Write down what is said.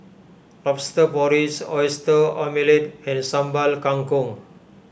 Lobster Porridge Oyster Omelette and Sambal Kangkong